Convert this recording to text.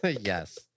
Yes